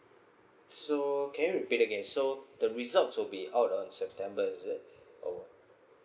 so can you repeat again so the results will be out on september is it or